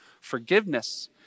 Forgiveness